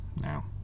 now